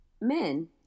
men